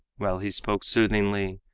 while he spoke soothingly,